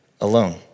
alone